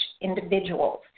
individuals